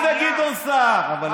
מתי אתה דיברת לעניין?